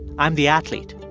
i'm the athlete.